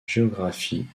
géographie